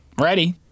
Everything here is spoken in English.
Ready